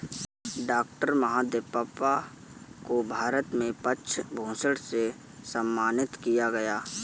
doctor Mahadevappa को भारत में पद्म भूषण से सम्मानित किया गया है